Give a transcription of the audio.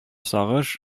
сагыш